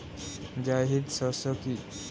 জায়িদ শস্য কি?